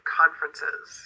conferences